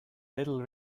little